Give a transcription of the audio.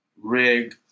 rig